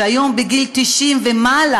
שהיום הם בגיל 90 ומעלה,